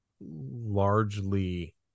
largely